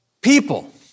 people